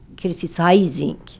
criticizing